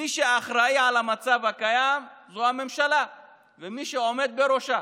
מי שאחראי למצב הקיים זה הממשלה ומי שעומד בראשה.